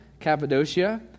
Cappadocia